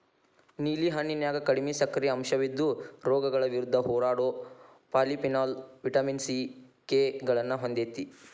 ನೇಲಿ ಹಣ್ಣಿನ್ಯಾಗ ಕಡಿಮಿ ಸಕ್ಕರಿ ಅಂಶವಿದ್ದು, ರೋಗಗಳ ವಿರುದ್ಧ ಹೋರಾಡೋ ಪಾಲಿಫೆನಾಲ್, ವಿಟಮಿನ್ ಸಿ, ಕೆ ಗಳನ್ನ ಹೊಂದೇತಿ